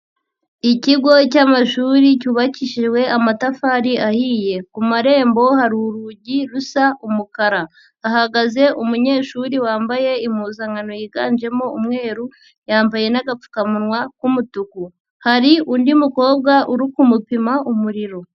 Ikigo cy'amashuri cyubakishijwe amatafari ahiye, ku marembo hari urugi rusa umukara, hahagaze umunyeshuri wambaye impuzankano yiganjemo umweru, yambaye n'agapfukamunwa k'umutuku, hari undi mukobwa uri kumupima umuriro.